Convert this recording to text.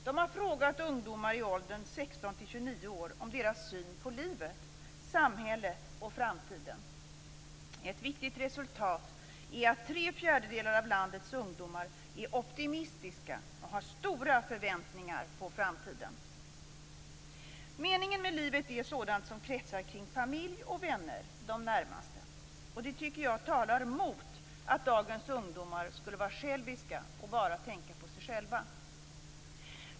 Man har frågat ungdomar i åldern 16 till 29 år om deras syn på livet, samhället och framtiden. Ett viktigt resultat är att tre fjärdedelar av landets ungdomar är optimistiska och har stora förväntningar på framtiden. Meningen med livet är sådant som kretsar kring familj och vänner - de närmaste. Och det tycker jag talar mot att dagens ungdomar skulle vara själviska och bara tänka på sig själva.